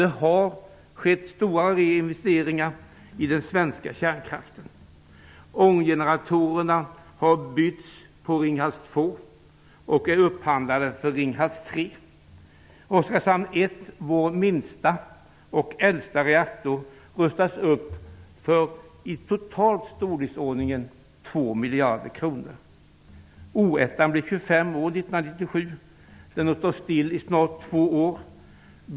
Det har skett och kommer att ske stora reinvesteringar i den svenska kärnkraften. vår minsta och äldsta reaktor -- rustas upp för totalt Den har stått still i snart två år.